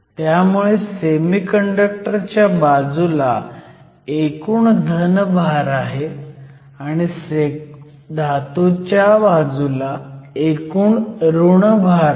त्यामुळे सेमीकंडक्टर च्या बाजूला एकूण धन भार आहे आणि धातूच्या बाजूला एकूण ऋण भार आहे